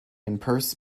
unpursed